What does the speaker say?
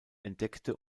entdeckte